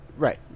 Right